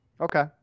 Okay